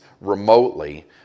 remotely